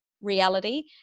reality